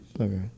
Okay